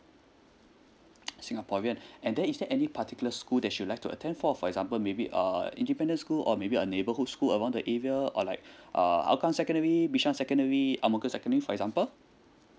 singaporean and then is there any particular school that you like to attend for for example maybe a independent school or maybe a neighborhood school around the area or like uh hougang secondary bishan secondary ang mo kio secondary for example